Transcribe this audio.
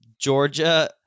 Georgia